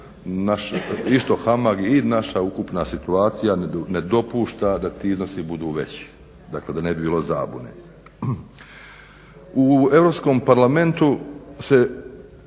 mali i što HAMAG i naša ukupna situacija ne dopušta da ti iznosi budu veći, dakle da ne bi bilo zabune. U Europskom parlamentu se